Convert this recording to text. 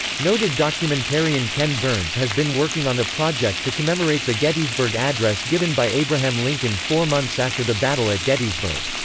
noted documentarian ken burns has been working on a project to commemorate the gettysburg address given by abraham lincoln four months after the battle at gettysburg.